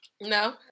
No